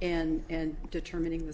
and determining the